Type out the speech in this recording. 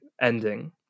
ending